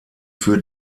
für